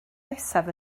nesaf